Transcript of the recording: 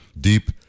deep